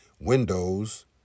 windows